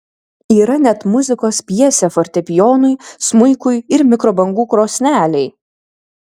yra net muzikos pjesė fortepijonui smuikui ir mikrobangų krosnelei